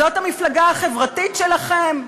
זאת המפלגה החברתית שלכם?